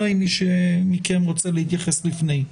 אלא אם מישהו מכם רוצה להתייחס לפני.